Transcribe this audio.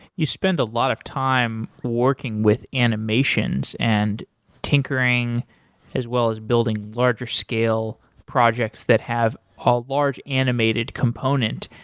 you spend a lot of time working with animations and tinkering as well as building larger scale projects that have a large animated component.